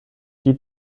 die